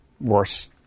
worse